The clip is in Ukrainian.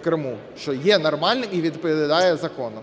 в Криму, що є нормальним і відповідає закону.